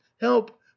help